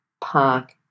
park